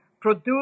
produce